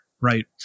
Right